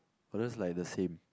orh that's like the same